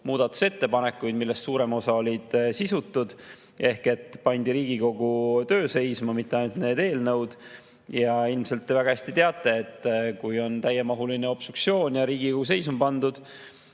muudatusettepanekuid, millest suurem osa olid sisutud, ehk pandi Riigikogu töö seisma, mitte ainult need eelnõud. Ilmselt te teate väga hästi, et kui on täiemahuline obstruktsioon ja Riigikogu [töö] seisma pandud,